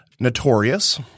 Notorious